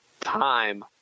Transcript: time